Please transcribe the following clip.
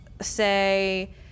say